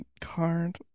card